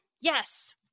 Yes